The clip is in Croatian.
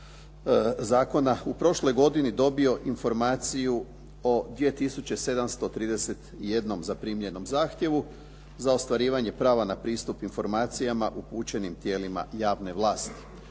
zakona u prošloj godini dobio informaciju u 2 tisuće 731 zaprimljenom zahtjevu, za ostvarivanje prava na pristup informacijama upućenim tijelima javne vlasti.